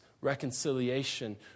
reconciliation